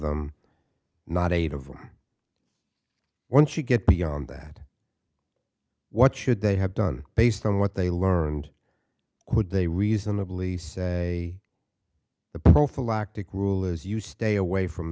them not eight of them once you get beyond that what should they have done based on what they learned would they reasonably say the prophylactic rule is you stay away from